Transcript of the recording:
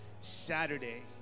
Saturday